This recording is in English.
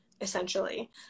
essentially